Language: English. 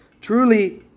Truly